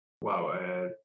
wow